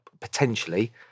potentially